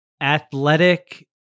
athletic